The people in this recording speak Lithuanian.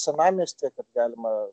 senamiestyje kad galima